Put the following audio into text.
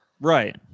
right